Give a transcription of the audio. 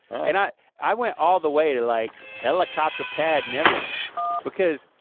and i i went all the way to like helicopter pad and everything because